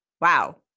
Wow